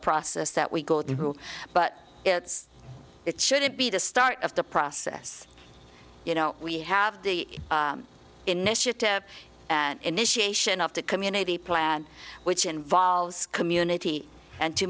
process that we go through but it's it should it be the start of the process you know we have the initiative initiation of the community plan which involves community and to